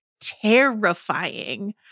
terrifying